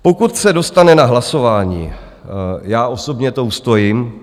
Pokud se dostane na hlasování, já osobně to ustojím.